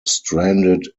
stranded